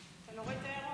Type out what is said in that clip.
הצעת חוק